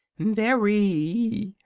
very,